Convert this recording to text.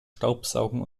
staubsaugen